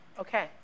Okay